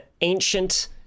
ancient